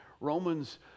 Romans